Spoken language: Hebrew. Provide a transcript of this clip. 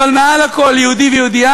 אבל מעל הכול יהודי ויהודייה,